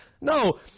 No